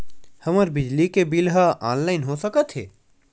हमर बिजली के बिल ह ऑनलाइन हो सकत हे?